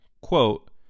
quote